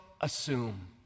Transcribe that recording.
assume